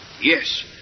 Yes